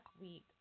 week